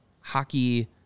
hockey